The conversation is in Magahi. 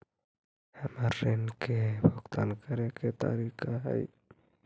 हमर ऋण के भुगतान करे के तारीख का हई?